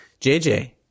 JJ